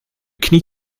knie